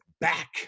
back